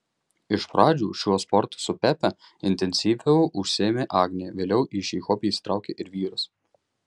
iš pradžių šiuo sportu su pepe intensyviau užsiėmė agnė vėliau į šį hobį įsitraukė ir vyras